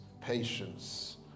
patience